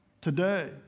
today